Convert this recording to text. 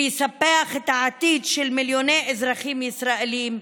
ויספח את העתיד של מיליוני אזרחים ישראלים,